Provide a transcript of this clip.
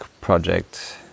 project